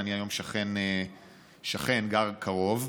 אני היום שכן, גר קרוב.